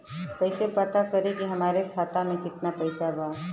कइसे पता करि कि हमरे खाता मे कितना पैसा बा?